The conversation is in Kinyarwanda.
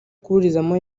kuburizamo